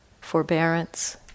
forbearance